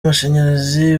amashanyarazi